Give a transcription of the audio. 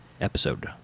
episode